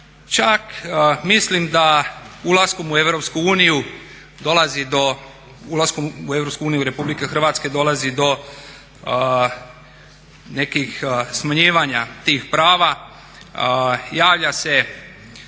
do, ulaskom u Europsku uniju Republike Hrvatske dolazi do nekih smanjivanja tih prava. Javlja se